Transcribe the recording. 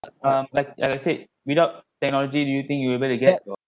um like like I said without technology do you think you able to get